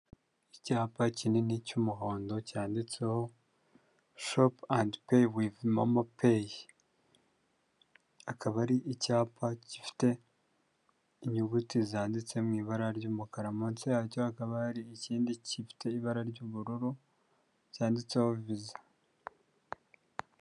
Icyapa kinini cy'umuhondo cyanditseho shopu andi peyi wivi momo peyi, akaba ari icyapa gifite inyuguti zanditse mu ibara ry'umukara munsi yacyo hakaba hari ikindi gifite ibara ry'ubururu cyanditseho viza.